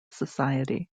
society